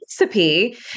recipe